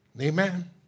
amen